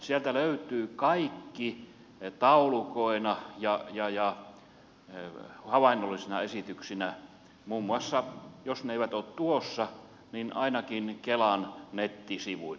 sieltä löytyy kaikki taulukoina ja havainnollisina esityksinä ja jos ne eivät ole tuossa niin ainakin kelan nettisivuilla